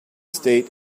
state